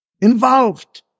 involved